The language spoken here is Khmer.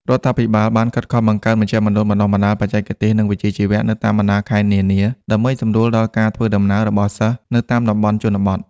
រដ្ឋាភិបាលបានខិតខំបង្កើតមជ្ឈមណ្ឌលបណ្តុះបណ្តាលបច្ចេកទេស និងវិជ្ជាជីវៈនៅតាមបណ្តាខេត្តនានា ដើម្បីសម្រួលដល់ការធ្វើដំណើររបស់សិស្សនៅតាមតំបន់ជនបទ។